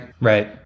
Right